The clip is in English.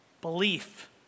belief